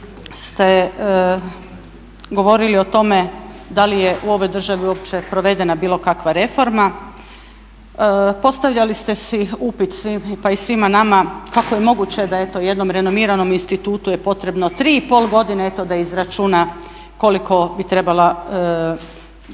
ste govorili o tome da li je u ovoj državi uopće provedena bilo kakva reforma, postavljali ste si upit, pa i svima nama kako je moguće da eto jednom renomiranom institutu je potrebno 3,5 godine eto da izračuna koliko bi trebao